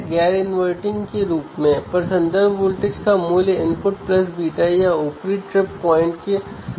अब आप सभी को याद है CMRR क्या है